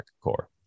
core